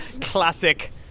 Classic